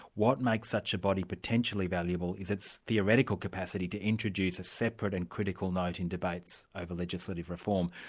what makes such a body potentially valuable is its theoretical capacity to introduce a separate and critical note in debates over legislative reform.